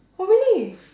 oh really